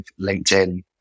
LinkedIn